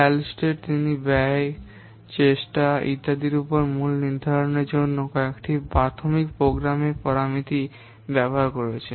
Halstead তিনি চেষ্টা ব্যয় ইত্যাদির মূল্য নির্ধারণের জন্য কয়েকটি প্রাথমিক প্রোগ্রামের পরামিতি ব্যবহার করেছেন